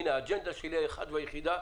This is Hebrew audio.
האג'נדה האחת והיחידה שלי